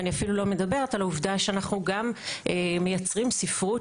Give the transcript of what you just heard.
אני אפילו לא מדברת על העובדה שאנחנו גם מייצרים ספרות